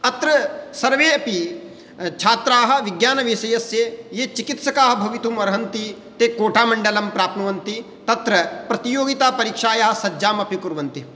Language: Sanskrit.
अत्र सर्वेऽपि छात्राः विज्ञानविषयस्य ये चिकित्सकाः भवितुम् अर्हन्ति ते कोटामण्डलं प्राप्नुवन्ति तत्र प्रतियोगिता परीक्षायाः सज्जाम् अपि कुर्वन्ति